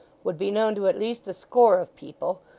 would be known to at least a score of people,